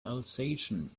alsatian